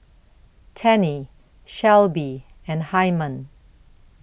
Tennie Shelby and Hyman